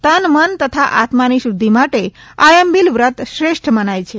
તનમન તથા આત્માની શુધ્ધિ માટે આયંબિલ વ્રત શ્રેષ્ઠ મનાય છે